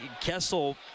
Kessel